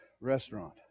restaurant